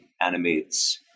animates